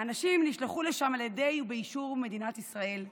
האנשים נשלחו לשם על ידי מדינת ישראל ובאישורה.